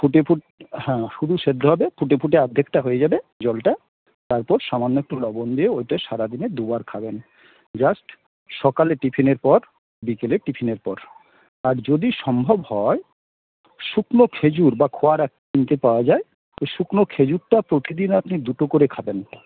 ফুটে ফুটে হ্যাঁ শুধু সেদ্ধ হবে ফুটে ফুটে অর্ধেকটা হয়ে যাবে জলটা তারপর সামান্য একটু লবণ দিয়ে ওইটা সারাদিনে দুবার খাবেন জাস্ট সকালে টিফিনের পর বিকেলে টিফিনের পর আর যদি সম্ভব হয় শুকনো খেজুর বা খোয়ারা কিনতে পাওয়া যায় ওই শুকনো খেজুরটা প্রতিদিন আপনি দুটো করে খাবেন